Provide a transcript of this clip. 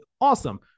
awesome